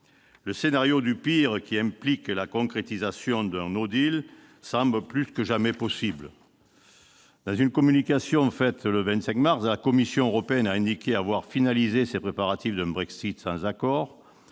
Le scénario du pire, qui implique la concrétisation d'un, semble plus que jamais possible. Dans une communication faite le 25 mars, la Commission européenne a indiqué avoir finalisé ses préparatifs d'un Brexit sans accord.